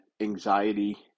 anxiety